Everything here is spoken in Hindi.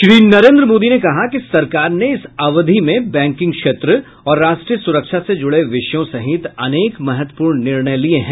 श्री नरेन्द मोदी ने कहा कि सरकार ने इस अवधि में बैंकिंग क्षेत्र और राष्ट्रीय सुरक्षा से जुड़े विषयों सहित अनेक महत्वपूर्ण निर्णय लिए हैं